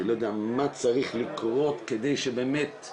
אני לא יודע מה צריך לקרות כדי שבאמת זה